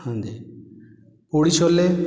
ਹਾਂਜੀ ਪੂੜੀ ਛੋਲੇ